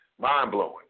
mind-blowing